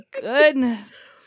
goodness